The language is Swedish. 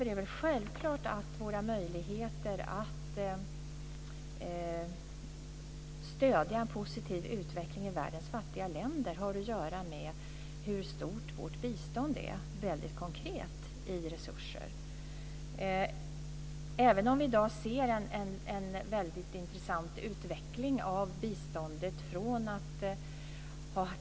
Det är väl självklart att våra möjligheter att stödja en positiv utveckling i världens fattiga länder har att göra med hur stort vårt bistånd är. Det är väldigt konkret en fråga om resurser. Vi ser en mycket intressant utveckling av biståndet i dag.